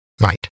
Right